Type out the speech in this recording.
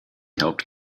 helped